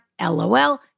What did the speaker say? LOL